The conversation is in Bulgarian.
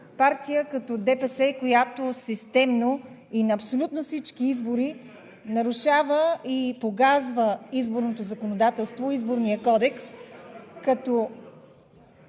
партия като ДПС, която системно и на абсолютно всички избори нарушава и погазва изборното законодателство, Изборния кодекс (шум